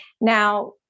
Now